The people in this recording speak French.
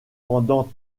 pendant